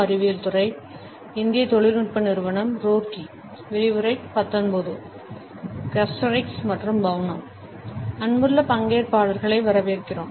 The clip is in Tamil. அன்புள்ள பங்கேற்பாளர்களை வரவேற்கிறோம்